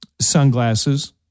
Sunglasses